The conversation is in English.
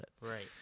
Right